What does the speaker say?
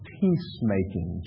peacemaking